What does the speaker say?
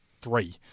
three